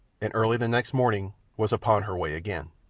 and early the next morning was upon her way again.